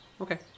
Okay